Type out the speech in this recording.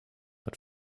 but